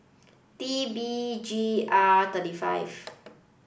T B G R three five